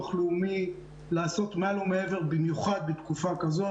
לאומי לעשות מעל ומעבר במיוחד בתקופה כזאת.